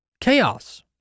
chaos